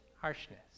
harshness